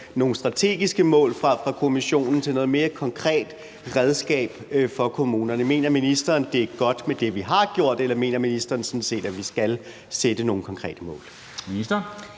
nogle strategiske mål fra Kommissionen til nogle mere konkrete redskaber for kommunerne? Mener ministeren, det er godt med det, vi har gjort, eller mener ministeren sådan set, at vi skal sætte nogle konkrete mål?